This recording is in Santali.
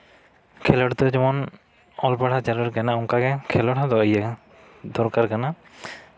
ᱠᱷᱮᱞᱳᱰ ᱫᱚ ᱡᱮᱢᱚᱱ ᱚᱞᱯᱟᱲᱦᱟᱣ ᱡᱟᱹᱨᱩᱲ ᱠᱟᱱᱟ ᱚᱱᱠᱟᱜᱮ ᱠᱷᱮᱞᱳᱰ ᱦᱚᱸ ᱤᱭᱟᱹ ᱫᱚᱨᱠᱟᱨ ᱠᱟᱱᱟ